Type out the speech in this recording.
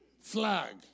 flag